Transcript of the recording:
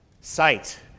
sight